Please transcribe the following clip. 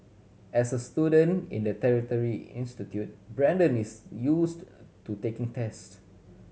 as a student in a tertiary institute Brandon is used to taking test